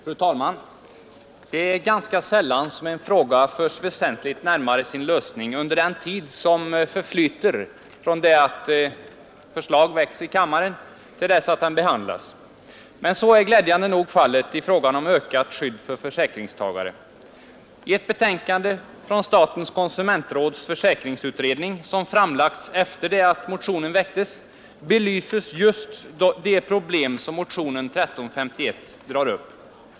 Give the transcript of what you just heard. Fru talman! Det är ganska sällan som en fråga förs vä ntligt närmare sin lösning under den tid som förflyter från det att förslag väcks i kammaren till dess det behandlas. Men så är glädjande nog fallet i frågan om ökat skydd för försäkringstagare. I ett betänkande från statens konsumentsråds försäkringsutredning, som framlagts efter det att motionen 1351 väcktes, belyses just de problem motionen drar upp.